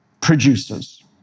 producers